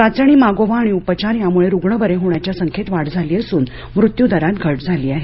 चाचणी मागोवा आणि उपचार यामुळे रुग्ण बरे होण्याच्या संख्येत वाढ झाली असून मृत्यूदरात घट झाली आहे